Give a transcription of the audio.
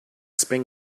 spring